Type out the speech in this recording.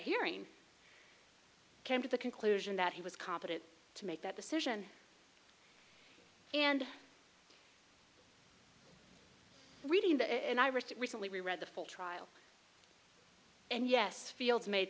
hearing came to the conclusion that he was competent to make that decision and reading that and i recently read the full trial and yes fields made